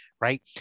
right